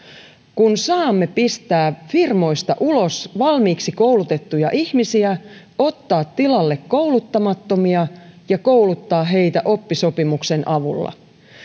kun saamme pistää firmoista ulos valmiiksi koulutettuja ihmisiä ottaa tilalle kouluttamattomia ja kouluttaa heitä oppisopimuksen avulla